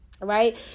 Right